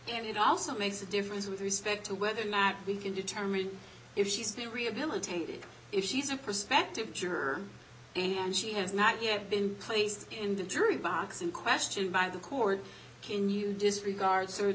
and it also makes a difference with respect to whether or not we can determine if she's the rehabilitated if she's a prospective juror and she has not yet been placed in the jury box in question by the court can you disregard certain